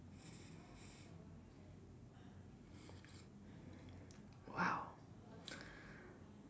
!wow!